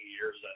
years